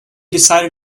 decided